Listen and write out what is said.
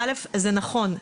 כי זה נכון,